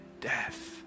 death